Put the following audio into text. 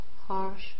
harsh